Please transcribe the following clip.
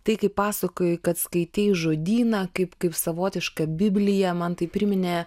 tai kaip pasakoji kad skaityti žodyną kaip kaip savotišką bibliją man tai priminė